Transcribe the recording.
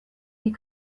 die